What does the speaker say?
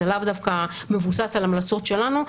זה לאו דווקא מבוסס על המלצות שלנו.